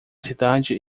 cidade